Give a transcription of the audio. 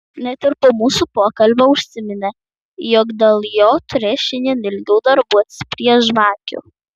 net ir po mūsų pokalbio užsiminė jog dėl jo turės šiandien ilgiau darbuotis prie žvakių